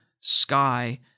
sky